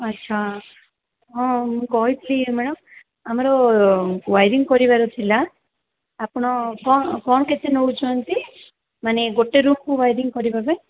ଆଚ୍ଛା ହଁ ମୁଁ କହିଥିଲି ମାଡାମ୍ ଆମର ୱାରିଙ୍ଗ୍ କରିବାର ଥିଲା ଆପଣ କ'ଣ କ'ଣ କେତେ ନେଉଛନ୍ତି ମାନେ ଗୋଟେ ରୁମ୍କୁ ୱାରିଙ୍ଗ୍ କରିବା ପାଇଁ